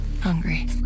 Hungry